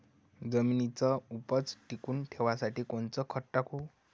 जमिनीची उपज टिकून ठेवासाठी कोनचं खत टाकू?